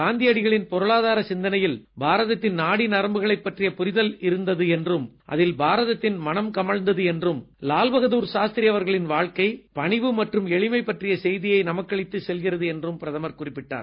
காந்தியடிகளின் பொருளாதாரச் சிந்தனையில் பாரதத்தின் நாடிநரம்புகளைப் பற்றிய புரிதல் இருந்தது என்றும் அதில் பாரதத்தின் மணம் கமழ்ந்தது என்றும் லால் பகதூர் சாஸ்திரி அவர்களின் வாழ்க்கை பணிவு மற்றும் எளிமை பற்றிய செய்தியை நமக்களித்துச் செல்கிறது என்றும் பிரதமர் குறிப்பிட்டார்